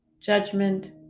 judgment